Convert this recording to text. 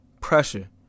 Pressure